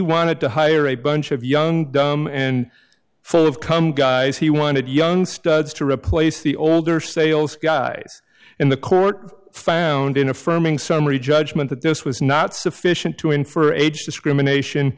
wanted to hire a bunch of young dumb and full of cum guys he wanted young studs to replace the older sales guys in the court found in affirming summary judgment that this was not sufficient to infer age discrimination